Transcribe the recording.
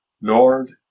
Lord